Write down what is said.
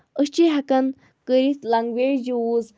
أسۍ چھِ ہؠکان کٔرِتھ لنٛگویج یوٗز